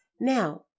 Now